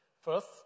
first